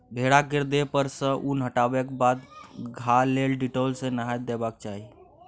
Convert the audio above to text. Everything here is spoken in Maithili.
भेड़ा केर देह पर सँ उन हटेबाक बाद घाह लेल डिटोल सँ नहाए देबाक चाही